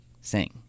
sing